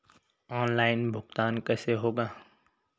Online भुगतान कैसे होगा?